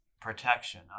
protection